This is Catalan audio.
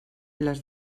les